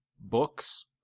books